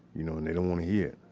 you know, and they don't want to hear